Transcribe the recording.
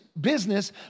business